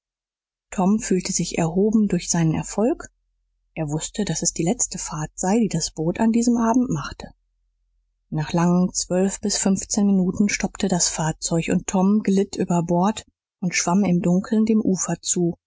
tom fühlte sich erhoben durch seinen erfolg er wußte daß es die letzte fahrt sei die das boot an diesem abend machte nach langen zwölf bis fünfzehn minuten stoppte das fahrzeug und tom glitt über bord und schwamm im dunkeln dem ufer zu